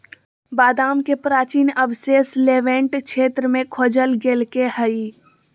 बादाम के प्राचीन अवशेष लेवेंट क्षेत्र में खोजल गैल्के हइ